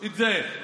את זה.